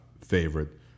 favorite